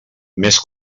més